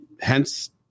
hence